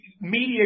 media